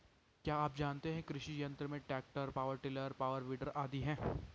क्या आप जानते है कृषि यंत्र में tractor, power tiller, power weeder आदि है?